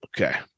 Okay